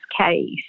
case